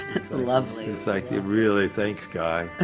that's lovely it's like yeah really, thanks guy.